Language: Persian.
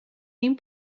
این